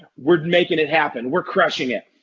we're making it happen. we're crushing it.